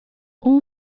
all